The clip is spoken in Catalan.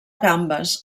gambes